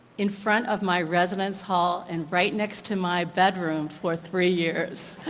in front of my residence hall and right next to my bedroom for three years.